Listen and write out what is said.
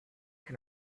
can